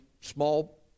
small